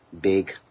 big